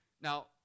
Now